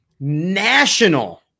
National